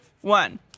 one